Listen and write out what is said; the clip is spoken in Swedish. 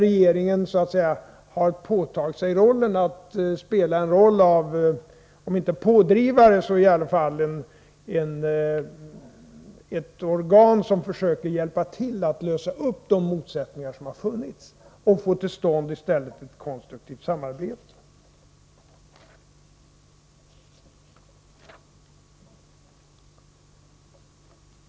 Regeringen har så att säga påtagit sig rollen som om inte pådrivare så i alla fall ett organ som försöker hjälpa till med att lösa upp de motsättningar som har funnits för att i stället få till stånd ett konstruktivt samarbete.